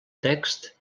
text